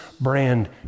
brand